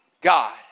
God